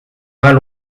vingt